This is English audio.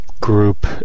group